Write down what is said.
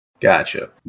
Gotcha